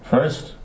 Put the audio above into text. First